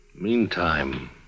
Meantime